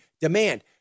demand